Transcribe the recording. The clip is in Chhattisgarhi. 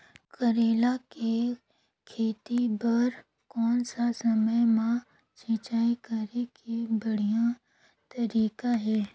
करेला के खेती बार कोन सा समय मां सिंचाई करे के बढ़िया तारीक हे?